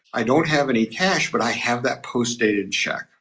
i don't have any cash, but i have that postdated check,